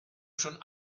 schon